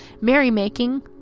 merrymaking